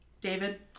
David